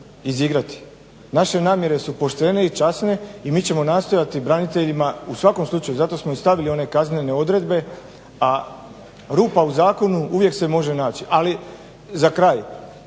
Naše namjere su poštene i časne i mi ćemo nastojati braniteljima u svakom slučaju zato smo i stavili one kaznene odredbe, a rupa u zakonu uvijek se može naći. Ali za kraj.